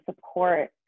support